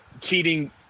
cheating